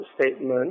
statement